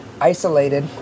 isolated